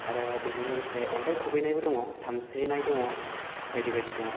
आरो बेजों लोगोसे अन्थाइ खुबैनायबो दङ सानस्रिनाय दङ बायदि बायदि दङ